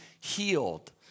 Healed